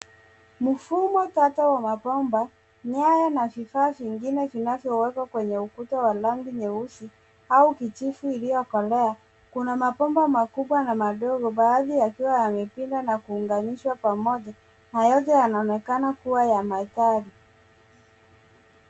Mfumo tata wa mabomba, nyaya na vifaa vingine vinavyowekwa kwenye ukuta wa rangi nyeusi au kijivu iliyokolea. Kuna mabomba makubwa na madogo, baadhi yakiwa yamepinda na kuunganishwa pamoja, na yote yanaonekana kuwa yametali.